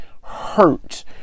hurt